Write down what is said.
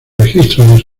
registros